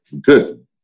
Good